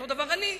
אותו דבר אני,